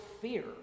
fear